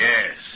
Yes